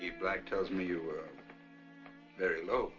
you black tells me you were very low